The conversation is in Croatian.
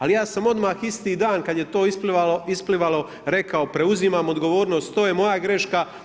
Ali ja sam odmah isti dan kada je to isplivalo rekao preuzimam odgovornost, to je moja greška.